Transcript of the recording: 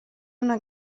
una